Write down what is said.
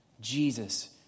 Jesus